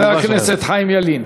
חבר הכנסת חיים ילין,